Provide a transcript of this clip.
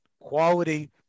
quality